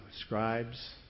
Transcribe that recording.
scribes